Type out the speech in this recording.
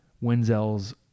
Wenzel's